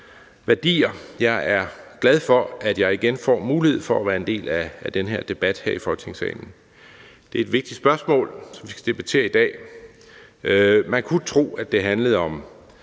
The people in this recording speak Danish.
værdier. Jeg er glad for, at jeg igen får mulighed for at være en del af den her debat i Folketingssalen. Det er et vigtigt spørgsmål, som vi skal debattere i dag. Man kunne tro, at det handlede om